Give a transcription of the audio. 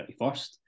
31st